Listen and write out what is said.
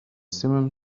simum